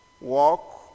walk